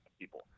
people